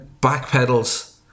backpedals